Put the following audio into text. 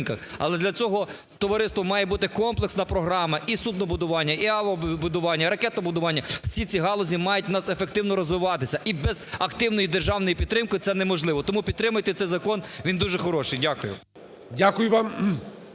Але для цього, товариство, має бути комплексна програма і суднобудування, і авіабудування, ракетобудування. Всі ці галузі мають у нас ефективно розвиватись. І без активної державної підтримки це неможливо. Тому підтримайте цей закон, він дуже хороший. Дякую. ГОЛОВУЮЧИЙ.